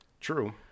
True